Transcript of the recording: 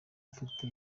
mfite